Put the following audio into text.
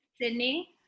Sydney